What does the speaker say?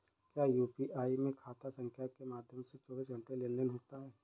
क्या यू.पी.आई में खाता संख्या के माध्यम से चौबीस घंटे लेनदन होता है?